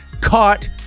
caught